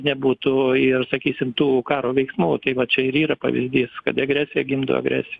nebūtų ir sakysim tų karo veiksmų tai va čia ir yra pavyzdys kad agresija gimdo agresiją